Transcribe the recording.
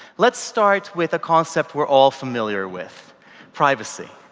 let's start with the concept we are all familiar with privacy.